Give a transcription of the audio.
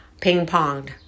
ping-ponged